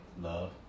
Love